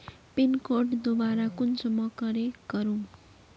Pin code दोबारा कुंसम करे करूम?